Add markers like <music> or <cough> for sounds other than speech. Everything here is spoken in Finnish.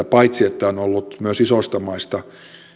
<unintelligible> paitsi että on ollut myös isoista maista